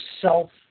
self